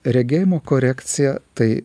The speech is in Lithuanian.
regėjimo korekcija tai